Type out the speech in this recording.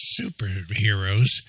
superheroes